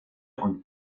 und